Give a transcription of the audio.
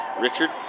Richard